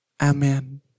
Amen